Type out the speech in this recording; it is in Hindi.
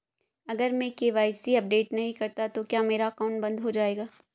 अगर मैं के.वाई.सी अपडेट नहीं करता तो क्या मेरा अकाउंट बंद हो जाएगा?